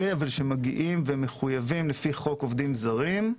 אלה שמגיעים ומחויבים לפי חוק עובדים זרים,